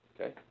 okay